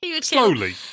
slowly